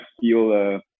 feel